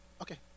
Okay